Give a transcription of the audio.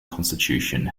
constitution